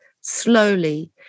slowly